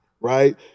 right